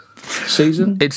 Season